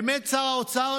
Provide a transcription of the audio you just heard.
באמת שר האוצר?